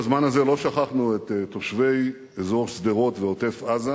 בזמן הזה לא שכחנו את תושבי אזור שדרות ועוטף-עזה,